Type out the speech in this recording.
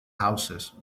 houses